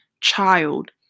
child